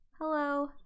Hello